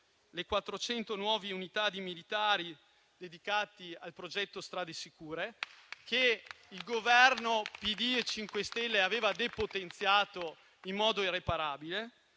nuove unità di militari dedicati al progetto «Strade sicure» che il Governo PD e Cinque 5 Stelle aveva depotenziato in modo irreparabile;